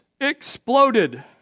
exploded